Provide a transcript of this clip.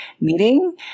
meeting